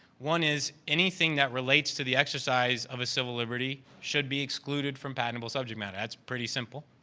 one is anything that relates to the exercise of a civil liberty should be excluded from patentable subject matter. that's pretty simple.